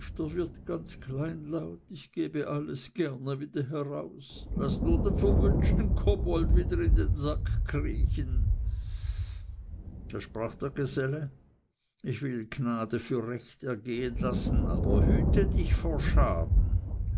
wirt ganz kleinlaut ich gebe alles gerne wieder heraus laßt nur den verwünschten kobold wieder in den sack kriechen da sprach der geselle ich will gnade für recht ergehen lassen aber hüte dich vor schaden